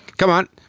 come on,